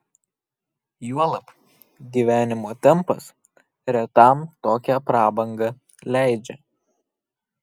juolab gyvenimo tempas retam tokią prabangą leidžia